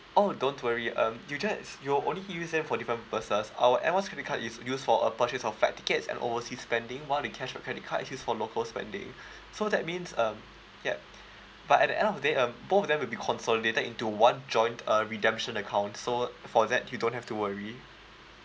orh don't worry um you just you will only use them for different purposes our air miles credit card is used for uh purchase of flight tickets and overseas spending while the cashback credit card is used for local spending so that means um yup but at the end of the day um both of them will be consolidated into one joint uh redemption account so for that you don't have to worry